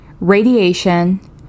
radiation